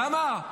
למה?